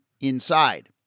inside